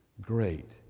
Great